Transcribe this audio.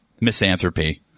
Misanthropy